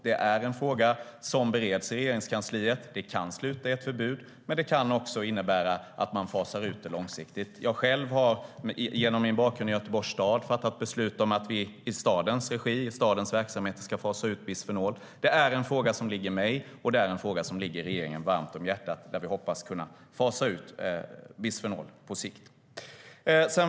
Det är en fråga som bereds i Regeringskansliet. Det kan sluta i ett förbud, men det kan också innebära att man fasar ut det långsiktigt. Jag har själv genom min bakgrund i Göteborgs stad fattat beslut om att vi i stadens regi och i stadens verksamheter ska fasa ut bisfenol. Det är en fråga som ligger mig och regeringen varmt om hjärtat. Vi hoppas kunna fasa ut bisfenol på sikt.